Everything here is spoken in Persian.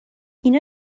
اینا